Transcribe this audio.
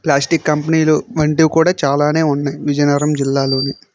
plastic కంపెనీలు వంటివి కూడా చాలానే ఉన్నాయి విజయనగరం జిల్లాలోని